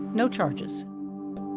no charges.